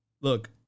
look